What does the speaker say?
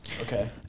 okay